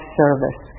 service